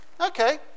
okay